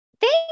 Thank